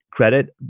credit